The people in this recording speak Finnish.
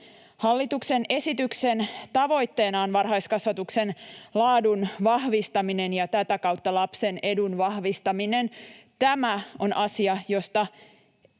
Hallituksen esityksen tavoitteena on varhaiskasvatuksen laadun vahvistaminen ja tätä kautta lapsen edun vahvistaminen. Tämä on asia, josta